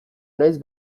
naiz